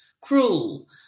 cruel